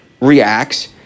reacts